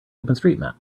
openstreetmap